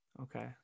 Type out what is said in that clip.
Okay